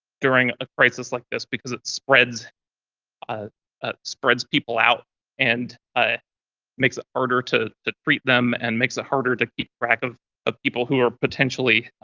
during a crisis like this because it spreads ah ah spreads people out and ah makes it harder to to treat them and makes it harder to keep track of of people who are potentially